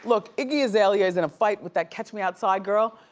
look, iggy azalea is in a fight with that catch me outside girl.